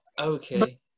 okay